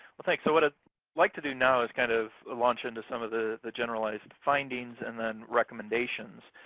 well, thanks, so what i'd like to do now is kind of launch into some of the the generalized findings and then recommendations